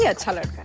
yeah telling